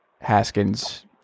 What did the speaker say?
Haskins